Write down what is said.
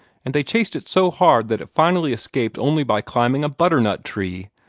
and they chased it so hard that it finally escaped only by climbing a butternut-tree.